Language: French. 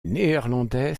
néerlandais